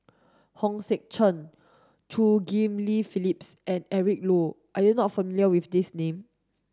Hong Sek Chern Chew Ghim Lian Phyllis and Eric Low are you not familiar with these names